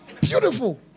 beautiful